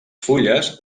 fulles